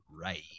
right